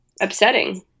upsetting